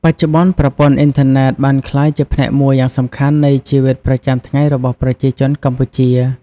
បច្ចុប្បន្ន ប្រព័ន្ធអ៊ីនធឺណិតបានក្លាយជាផ្នែកមួយយ៉ាងសំខាន់នៃជីវិតប្រចាំថ្ងៃរបស់ប្រជាជនកម្ពុជា។